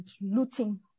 looting